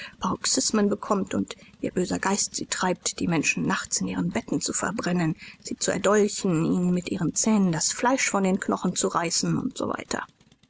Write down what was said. paroxismen bekommt und ihr böser geist sie treibt die menschen nachts in ihren betten zu verbrennen sie zu erdolchen ihnen mit ihren zähnen das fleisch von den knochen zu reißen und so